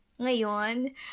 Ngayon